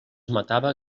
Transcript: matava